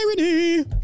Irony